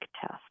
test